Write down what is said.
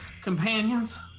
companions